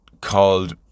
called